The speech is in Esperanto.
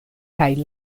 kaj